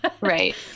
Right